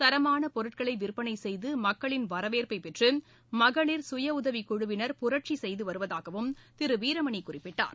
தரமான பொருட்களை விற்பனை செய்து மக்களின் வரவேற்பை பெற்று மகளிர் சுயஉதவிக் குழுவினர் புரட்சி செய்து வருவதாகவும் திரு வீரமணி குறிப்பிட்டார்